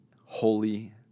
holy